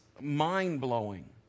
mind-blowing